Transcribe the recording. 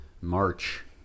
March